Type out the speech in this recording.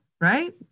right